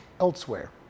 elsewhere